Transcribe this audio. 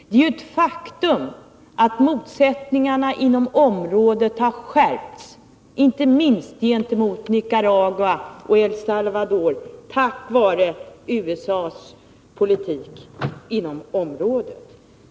Det är ju ett faktum att motsättningarna inom området har skärpts, inte minst gentemot Nicaragua och El Salvador på grund av USA:s politik inom området.